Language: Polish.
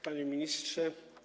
Panie Ministrze!